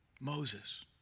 Moses